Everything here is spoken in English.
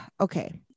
okay